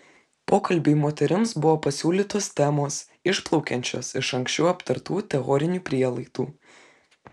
pokalbiui moterims buvo pasiūlytos temos išplaukiančios iš anksčiau aptartų teorinių prielaidų